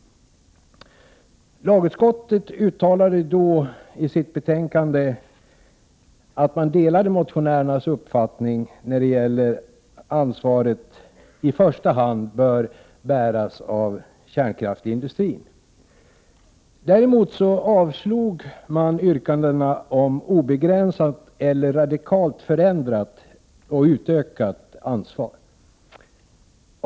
Lagutskottet uttalade i fjol i sitt betänkande att man delade motionärernas uppfattning när det gäller att ansvaret i första hand bör bäras av kärnkraftsindustrin. Däremot avstyrktes yrkandena om obegränsat eller radikalt förändrat och utökat ansvar.